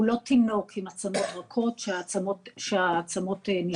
הוא לא תינוק עם עצמות רכות שהעצמות נשברות בקלות.